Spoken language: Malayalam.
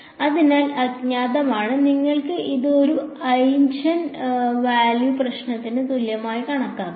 അതിനാൽ അജ്ഞാതമാണ് നിങ്ങൾക്ക് ഇത് ഒരു ഐജൻവാല്യൂ പ്രശ്നത്തിന് തുല്യമായി കണക്കാക്കാം